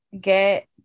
get